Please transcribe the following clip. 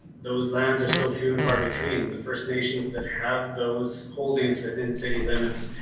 those lands are so few and far between the first nations that have those holdings within city limits.